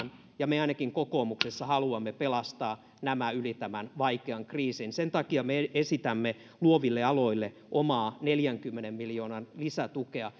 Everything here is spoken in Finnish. ja ainakin me kokoomuksessa haluamme pelastaa nämä yli tämän vaikean kriisin sen takia me esitämme luoville aloille omaa neljänkymmenen miljoonan lisätukea